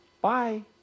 Bye